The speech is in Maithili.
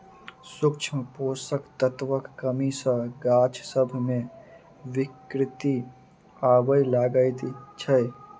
सूक्ष्म पोषक तत्वक कमी सॅ गाछ सभ मे विकृति आबय लागैत छै